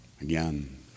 again